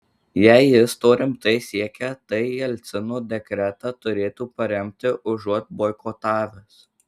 jei jis to rimtai siekia tai jelcino dekretą turėtų paremti užuot boikotavęs